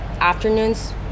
afternoons